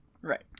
Right